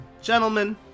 gentlemen